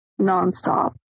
nonstop